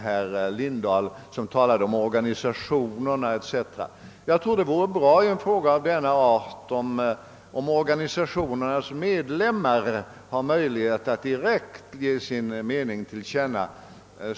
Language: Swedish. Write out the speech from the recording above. Herr Lindahl talade om organisationerna. Jag tror det vore bra om i en fråga av denna art organisationernas medlemmar hade möjlighet att direkt ge sin mening till känna.